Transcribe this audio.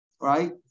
right